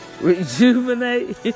rejuvenate